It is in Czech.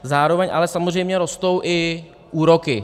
Zároveň ale samozřejmě rostou i úroky.